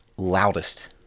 loudest